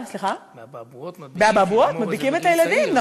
באבעבועות מדביקים את הילדים,